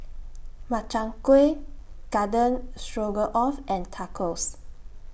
Makchang Gui Garden Stroganoff and Tacos